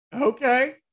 Okay